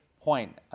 point